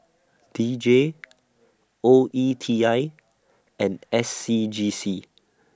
D J O E T I and S C G C